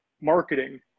marketing